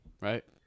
Right